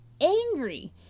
angry